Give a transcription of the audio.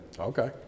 okay